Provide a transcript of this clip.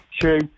true